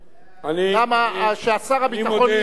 כששר הביטחון יהיה פה תאמר לו את זה,